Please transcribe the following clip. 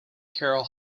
carroll